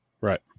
right